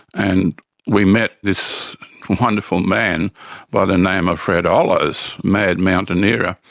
and we met this wonderful man by the name of fred ah hollows, mad mountaineer,